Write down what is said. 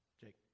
Jake